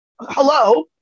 hello